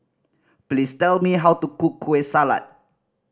please tell me how to cook Kueh Salat